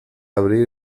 abrir